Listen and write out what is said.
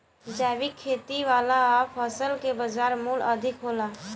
जैविक खेती वाला फसल के बाजार मूल्य अधिक होला